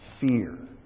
fear